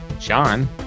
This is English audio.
Sean